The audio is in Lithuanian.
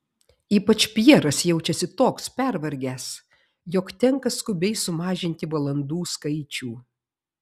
ypač pjeras jaučiasi toks pervargęs jog tenka skubiai sumažinti valandų skaičių